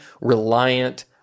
reliant